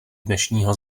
dnešního